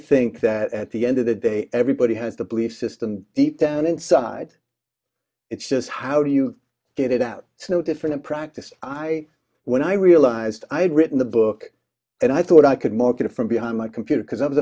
think that at the end of the day everybody has the belief system eat down inside it's just how do you get it out it's no different in practice i when i realized i had written the book and i thought i could market it from behind my computer because